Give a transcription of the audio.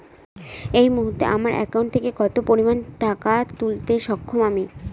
এই মুহূর্তে আমার একাউন্ট থেকে কত পরিমান টাকা তুলতে সক্ষম আমি?